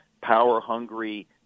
power-hungry